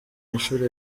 inshuro